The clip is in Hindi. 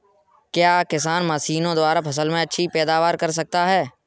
क्या किसान मशीनों द्वारा फसल में अच्छी पैदावार कर सकता है?